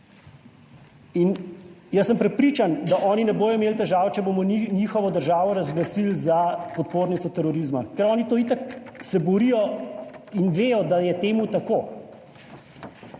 In jaz sem prepričan, da oni ne bodo imeli težav, če bomo njihovo državo razglasili za podpornico terorizma, ker oni to itak se borijo in vejo, da je temu tako.